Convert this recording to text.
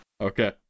Okay